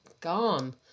gone